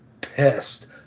pissed